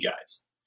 guys